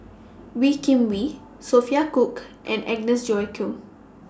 Wee Kim Wee Sophia Cooke and Agnes Joaquim